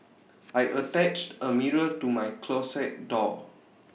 I attached A mirror to my closet door